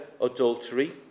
adultery